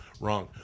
Wrong